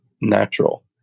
natural